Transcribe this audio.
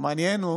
המעניין הוא